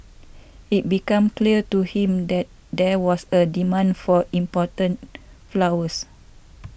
it became clear to him that there was a demand for important flowers